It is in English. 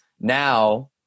now